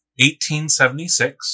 1876